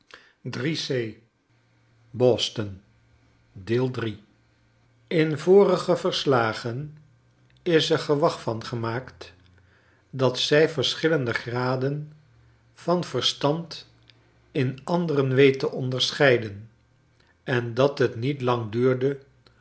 in vorige verslagen is er gewag van gemaakt dat zij verschillende graden van verstand in anderen weet te onderscheiden en dat het niet lang duurde